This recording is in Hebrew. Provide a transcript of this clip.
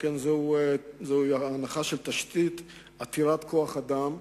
שכן זוהי הנחה של תשתית עתירת כוח-אדם,